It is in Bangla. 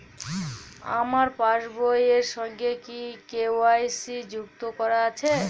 আমার পাসবই এর সঙ্গে কি কে.ওয়াই.সি যুক্ত করা আছে?